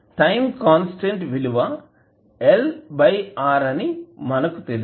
time constant విలువ L R అని మనకు తెలుసు